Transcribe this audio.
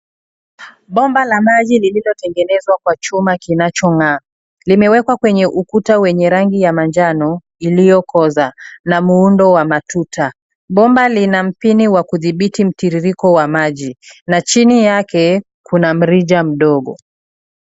Bomba la maji lililotengenezwa kwa chuma kinachong'aa limewekwa kwenye ukuta wenye rangi ya manjano iliyokoza na muundo wa matuta ,bomba lina mpini wa kudhibiti mtiririko wa maji na chini yake kuna mrija mdogo.